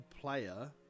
player